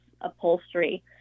upholstery